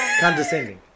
Condescending